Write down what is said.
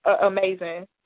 amazing